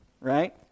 right